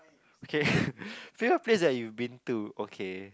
okay favourite place that you been to okay